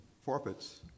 forfeits